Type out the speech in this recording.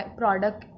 product